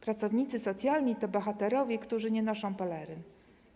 Pracownicy socjalni to bohaterowie, którzy nie noszą peleryn.